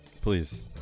Please